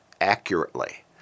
accurately